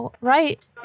right